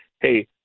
hey